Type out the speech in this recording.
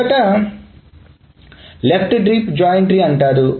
మొదటిదాన్ని left deep join tree అంటారు